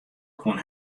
gewoan